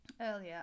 Earlier